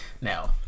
Now